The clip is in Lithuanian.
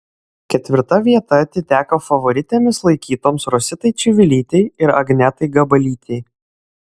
ketvirta vieta atiteko favoritėmis laikytoms rositai čivilytei ir agnetai gabalytei